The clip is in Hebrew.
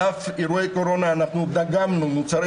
על אף אירועי הקורונה אנחנו דגמנו מוצרי